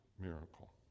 miracle